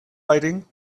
writing